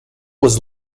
was